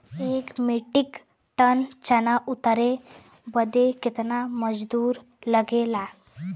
एक metric ton चना उतारे बदे कितना मजदूरी लगे ला?